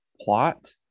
plot